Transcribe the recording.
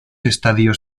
estadios